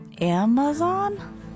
Amazon